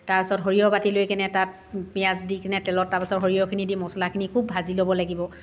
তাৰপিছত সৰিয়হ বাটি লৈ কেনে তাত পিঁয়াজ দি কেনে তেলত তাৰপিছত সৰিয়হখিনি দি মছলাখিনি খুব ভাজি ল'ব লাগিব